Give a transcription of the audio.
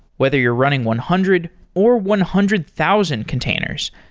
whether you're running one hundred or one hundred thousand containers,